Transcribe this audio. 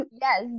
yes